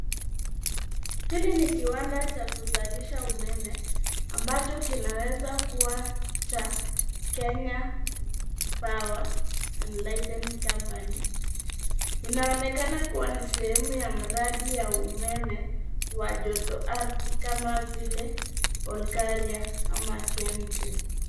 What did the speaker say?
Hili ni kiwanda cha kuzalisha umeme ambacho kinaweza kuwa cha Kenya power and lighting company . Inaonekana kuwa ni sehemu ya mradi wa umeme wa jotoarhdi kama vile Olkaria ama Kengen.